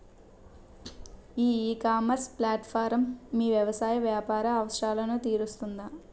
ఈ ecommerce platform మీ వ్యవసాయ వ్యాపార అవసరాలను తీరుస్తుందా?